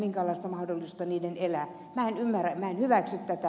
minä en ymmärrä minä en hyväksy tätä